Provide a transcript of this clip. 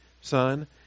son